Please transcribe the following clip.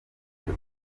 icyo